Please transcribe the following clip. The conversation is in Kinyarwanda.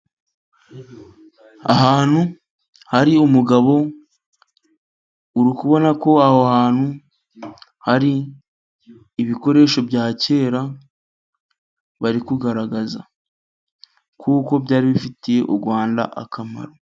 Ahantu hari umugabo, uri kubona ko aho hantu hari ibikoresho bya kera bari kugaragaza, kuko byari bifitiye u Rwanda akamaro.